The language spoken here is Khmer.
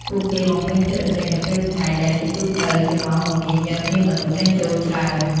ពួកគេបំពេញភារកិច្ចនៅពេលថ្ងៃ ដែលជាទូទៅជាម៉ោងមមាញឹក មានមនុស្សចេញចូលច្រើន។